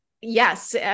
yes